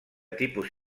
tipus